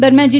દરમિયાન જી